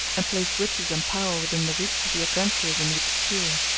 and placed riches and power within the reach of the adventurous and the obscure.